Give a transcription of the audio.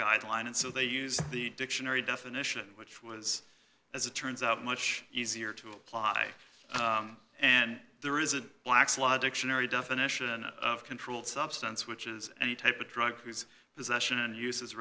guideline and so they use the dictionary definition which was as it turns out much easier to apply and there is a black's law dictionary definition of controlled substance which is any type of drug